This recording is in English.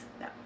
No